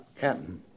Captain